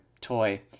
toy